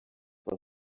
for